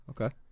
Okay